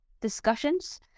discussions